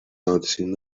noticing